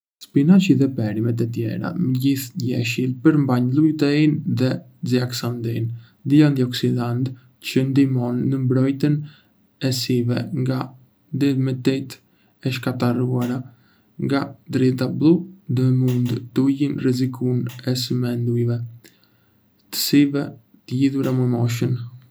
Spinaqi dhe perimet e tjera me gjethe jeshile përmbajnë luteinë dhe zeaksantinë, dy antioksidantë që ndihmojnë në mbrojtjen e syve nga dëmtimet e shkaktuara nga drita blu dhe mund të ulin rrezikun e sëmundjeve të syve të lidhura me moshën.